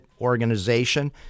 organization